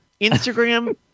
Instagram